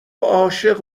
عاشق